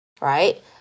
right